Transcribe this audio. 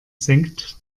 senkt